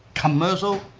commercial,